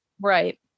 Right